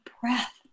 breath